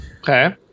okay